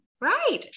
Right